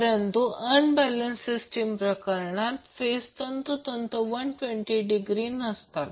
परंतु unbalance system प्रकरणात phase तंतोतंत 120 डिग्री नसतात